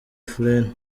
flynn